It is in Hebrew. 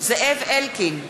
זאב אלקין,